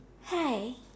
hi